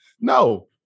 no